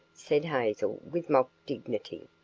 said hazel with mock dignity.